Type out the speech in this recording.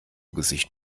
gesicht